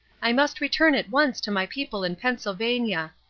i must return at once to my people in pennsylvania.